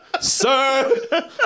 sir